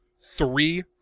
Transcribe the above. three